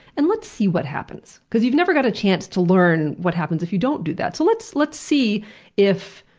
and let's see what happens. because you've never had a chance to learn what happens if you don't do that. so let's let's see if,